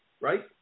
right